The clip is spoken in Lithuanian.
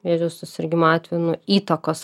vėžio susirgimų atvejų nu įtakos